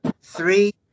three